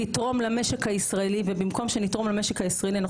תתרום למשק הישראלי ,ובמקום שניתרום למשק הישראלי אנחנו